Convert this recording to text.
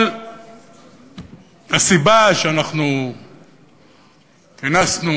אבל הסיבה שכינסנו